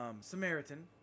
samaritan